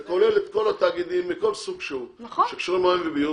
זה כולל את כל התאגידים מכל סוג שהוא שקשורים למים וביוב,